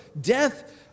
death